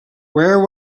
where